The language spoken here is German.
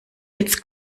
jetzt